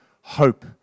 hope